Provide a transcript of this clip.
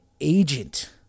agent